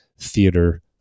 theater